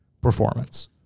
performance